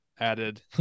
added